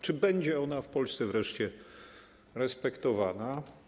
Czy będzie ona w Polsce wreszcie respektowana?